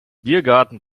biergarten